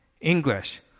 English